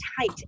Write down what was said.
tight